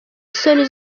isoni